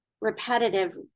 repetitive